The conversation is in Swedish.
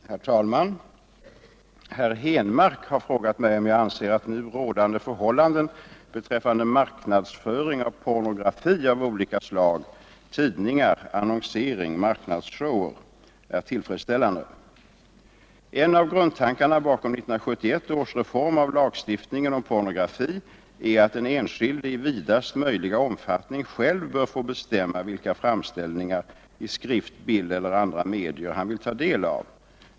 Herr talman! Herr Henmark har frågat mig om jag anser att nu rådande förhållanden beträffande marknadsföring av pornografi av olika slag är tillfredsställande. En av grundtankarna bakom 1971 års reform av lagstiftningen om pornografi är att den enskilde i vidaste möjliga omfattning själv bör få bestämma vilka framställningar i skrift, bild eller andra medier han vill ta del av.